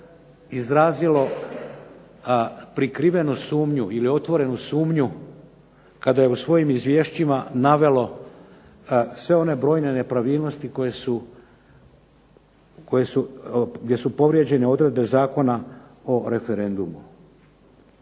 izrazilo prikrivenu sumnju ili otvorenu sumnju kada je u svojim izvješćima navelo sve one brojne nepravilnosti koje su, gdje su povrijeđene odredbe Zakona o referendumu